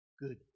good